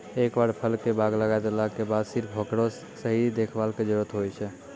एक बार फल के बाग लगाय देला के बाद सिर्फ हेकरो सही देखभाल के जरूरत होय छै